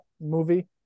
movie